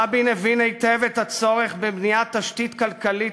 רבין הבין היטב את הצורך בבניית תשתית כלכלית